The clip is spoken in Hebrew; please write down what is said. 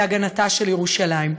להגנתה של ירושלים.